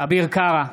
אביר קארה,